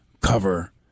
cover